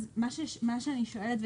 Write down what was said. מה שאני שואלת,